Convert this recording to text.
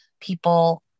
people